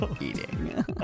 eating